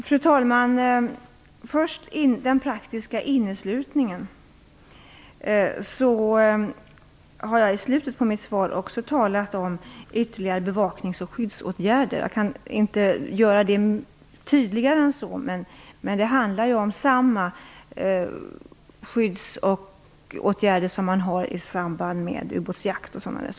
Fru talman! Först den praktiska inneslutningen: Jag har i slutet på mitt svar också talat om ytterligare bevaknings och skyddsåtgärder. Jag kan inte göra det tydligare än så, men det handlar ju om samma skyddsåtgärder som vid ubåtsjakt och liknande.